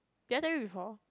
did I tell you before